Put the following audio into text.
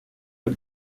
her